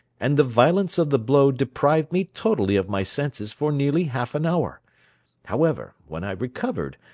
and the violence of the blow deprived me totally of my senses for nearly half an hour however, when i recovered,